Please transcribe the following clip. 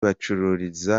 bacururiza